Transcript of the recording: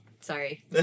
Sorry